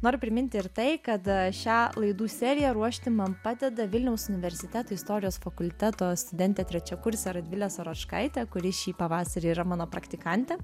noriu priminti ir tai kad šią laidų seriją ruošti man padeda vilniaus universiteto istorijos fakulteto studentė trečiakursė radvilė saročkaitė kuri šį pavasarį yra mano praktikantė